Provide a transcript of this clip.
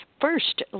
first